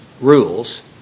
rules